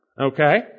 Okay